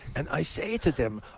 and i say to them,